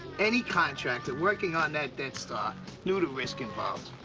any contractor working on that death star knew the risk involved.